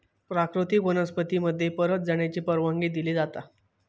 प्राकृतिक वनस्पती मध्ये परत जाण्याची परवानगी दिली जाता